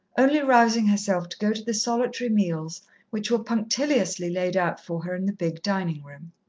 only rousing herself to go to the solitary meals which were punctiliously laid out for her in the big dining-room.